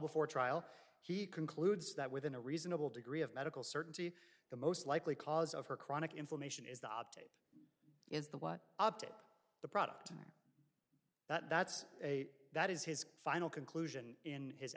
before trial he concludes that within a reasonable degree of medical certainty the most likely cause of her chronic inflammation is the object is the what up to the product and that's a that is his final conclusion in his